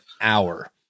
hour